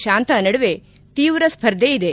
ಶಾಂತಾ ನಡುವೆ ತೀವ್ರ ಸ್ಪರ್ಧೆ ಇದೆ